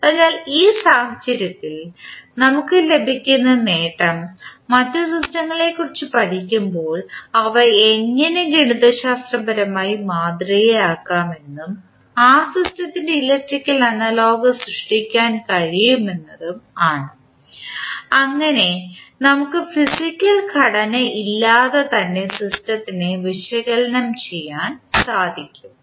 അതിനാൽ ഈ സാഹചര്യത്തിൽ നമുക്ക് ലഭിക്കുന്ന നേട്ടം മറ്റ് സിസ്റ്റങ്ങളെക്കുറിച്ച് പഠിക്കുമ്പോൾ അവ എങ്ങനെ ഗണിതശാസ്ത്രപരമായി മാതൃകയാക്കാമെന്നും ആ സിസ്റ്റത്തിൻറെ ഇലക്ട്രിക്കൽ അനലോഗ് സൃഷ്ടിക്കാൻ കഴിയുമെന്നതും ആണ് അങ്ങനെ നമുക്ക് ഫിസിക്കൽ ഘടന ഇല്ലാതെ തന്നെ സിസ്റ്റത്തിനെ വിശകലനം ചെയ്യാൻ സാധിക്കും